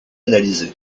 analysé